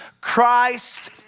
Christ